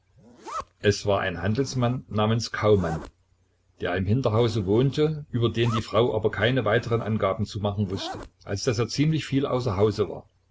es war ein handelsmann namens kaumann der im hinterhause wohnte über den die frau aber keine weiteren angaben zu machen wußte als daß er ziemlich viel außer dem hause war